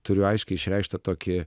turiu aiškiai išreikštą tokį